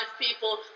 people